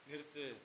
நிறுத்து